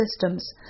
systems